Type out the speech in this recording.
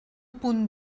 punt